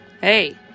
hey